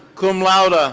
cum laude. ah